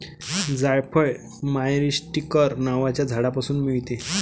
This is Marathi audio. जायफळ मायरीस्टीकर नावाच्या झाडापासून मिळते